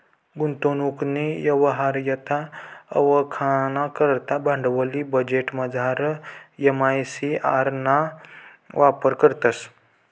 गुंतवणूकनी यवहार्यता वयखाना करता भांडवली बजेटमझार एम.आय.सी.आर ना वापर करतंस